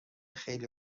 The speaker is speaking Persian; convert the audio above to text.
خیلی